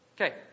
Okay